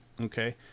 Okay